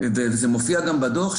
וזה מופיע גם בדוח,